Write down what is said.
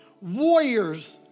warriors